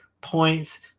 points